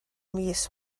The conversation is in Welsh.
mis